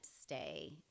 stay